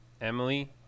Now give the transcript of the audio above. Emily